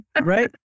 right